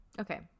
Okay